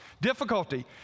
difficulty